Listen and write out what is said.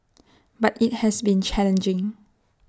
but IT has been challenging